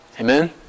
amen